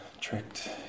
tricked